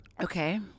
okay